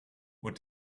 what